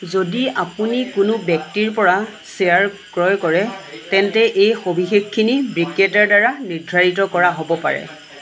যদি আপুনি কোনো ব্যক্তিৰপৰা শ্বেয়াৰ ক্ৰয় কৰে তেন্তে এই সবিশেষখিনি বিক্ৰেতাৰদ্বাৰা নিৰ্ধাৰিত কৰা হ'ব পাৰে